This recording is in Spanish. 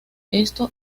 esto